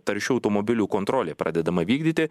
taršių automobilių kontrolė pradedama vykdyti